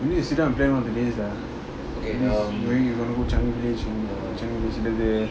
we need to sit down and plan one of the days lah when you want to go changi changi